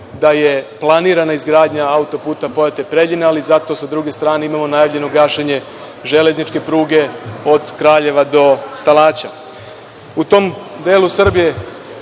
da je planirana izgradnja autoputa Pojate- Preljina, ali zato sa druge strane, imamo najavljeno gašenje železničke pruge od Kraljeva do Stalaća.U tom delu Srbije,